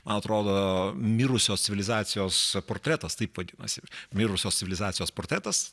man atrodo mirusios civilizacijos portretas taip vadinasi mirusios civilizacijos portretas